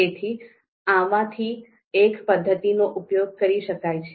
તેથી આમાંથી એક પદ્ધતિનો ઉપયોગ કરી શકાય છે